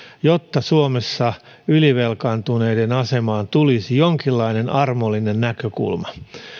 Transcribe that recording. että suomessa ylivelkaantuneiden asemaan tulisi jonkinlainen armollinen näkökulma